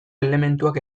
elementuak